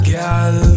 Girl